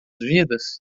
vidas